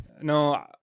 No